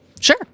sure